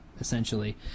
essentially